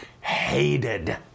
hated